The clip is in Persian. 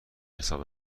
حساب